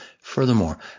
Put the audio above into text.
Furthermore